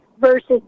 versus